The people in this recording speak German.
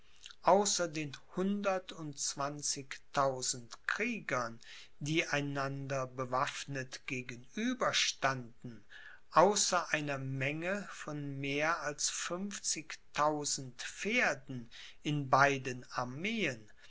außer den hundert und zwanzigtausend kriegern die einander bewaffnet gegenüberstanden außer einer menge von mehr als fünfzigtausend pferden in beiden armeen